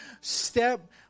step